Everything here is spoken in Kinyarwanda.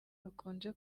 bakunze